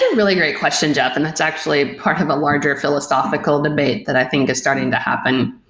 really great question, jeff, and that's actually part of a larger philosophical debate that i think is starting to happen.